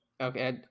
okay